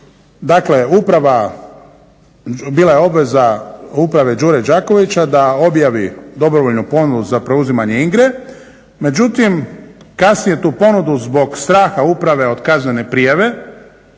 dakle uprava, bila je obveza uprave Đure Đakovića da objavi dobrovoljnu ponudu za preuzimanje Ingre, međutim kasnije tu ponudu zbog straha uprave od kaznene prijave